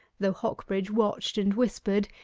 though hocbridge watched and whispered,